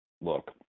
look